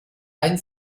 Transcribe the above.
einen